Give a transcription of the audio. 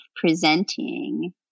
presenting